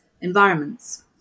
environments